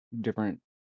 different